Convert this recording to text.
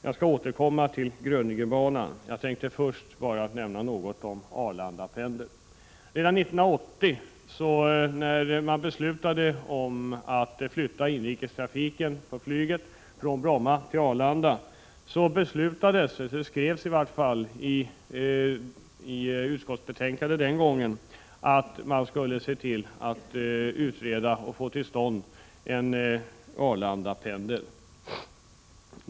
Jag skall strax återkomma till Grödingebanan. Först tänker jag bara nämna något om Arlandapendeln. Redan 1980, när man beslutade att flytta inrikestrafiken med flyg från Bromma till Arlanda, skrevs i utskottets betänkande att man skulle utreda och få till stånd en Arlandapendel.